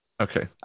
Okay